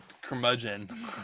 curmudgeon